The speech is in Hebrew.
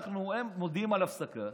הם מודיעים על הפסקה,